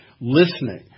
listening